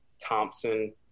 Thompson